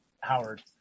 Howard